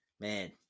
man